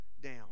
down